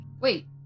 Wait